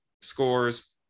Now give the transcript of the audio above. scores